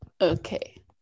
Okay